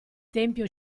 tempio